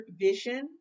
vision